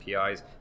APIs